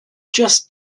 just